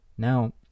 Now